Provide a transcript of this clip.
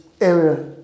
area